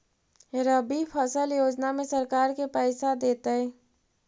रबि फसल योजना में सरकार के पैसा देतै?